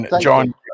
John